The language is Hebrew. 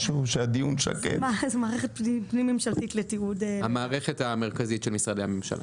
זה מערכת פנים ממשלתית לתיעוד --- המערכת המרכזית של משרדי הממשלה,